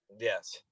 yes